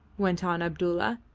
went on abdulla,